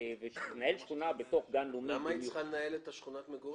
לנהל שכונה בתוך גן לאומי --- למה היא צריכה לנהל את שכונת המגורים?